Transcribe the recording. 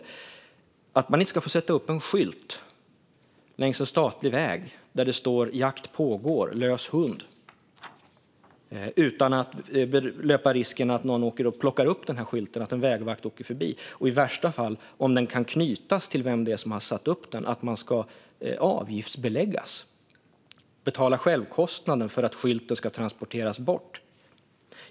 Jag förstår inte att man inte ska få sätta upp en skylt längs en statlig väg där det står "Jakt pågår, lös hund" utan att löpa risken att en vägvakt åker förbi och plockar upp skylten och i värsta fall, om skylten kan knytas till den som har satt upp den, avgiftsbeläggas och få betala självkostnaden för att transportera bort skylten.